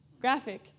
graphic